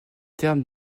termes